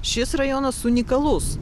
šis rajonas unikalus